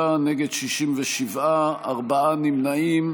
בעד, 25, נגד, 67, ארבעה נמנעים.